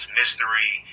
mystery